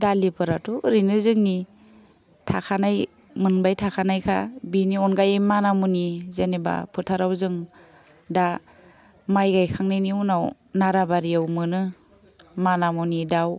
दालिफोराथ' ओरैनो जोंनि थाखानाय मोनबाय थाखानायखा बिनि अनगायै माना मुनि जेनेबा फोथाराव जों दा माइ गाइखांनायनि उनाव नाराबारियाव मोनो माना मुनि दाउ